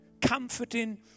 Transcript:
comforting